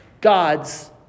God's